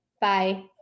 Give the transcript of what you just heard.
Bye